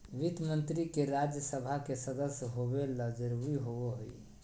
वित्त मंत्री के राज्य सभा के सदस्य होबे ल जरूरी होबो हइ